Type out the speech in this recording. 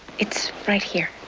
it's right here.